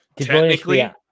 Technically